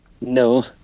No